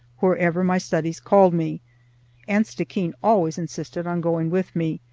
wherever my studies called me and stickeen always insisted on going with me,